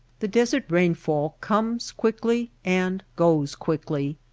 the desert rainfall comes quickly and goes quickly.